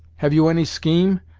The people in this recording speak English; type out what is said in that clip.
have you any scheme,